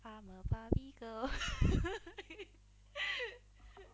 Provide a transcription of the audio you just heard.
I'm a barbie girl